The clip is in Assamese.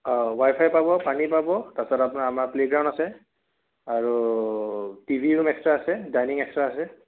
অ' ৱাইফাই পাব পানী পাব তাৰপাছত আপোনাৰ আমাৰ প্লে'গ্ৰাউণ্ড আছে আৰু টি ভি ৰুম এক্সট্ৰা আছে ডাইনিং এক্সট্ৰা আছে